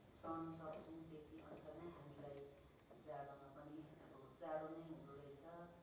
सहनु सक्छौँ त्यति अनुसार नै हामीलाई जाडोमा पनि जाडो नै हुँदोरहेछ